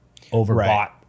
overbought